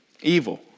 evil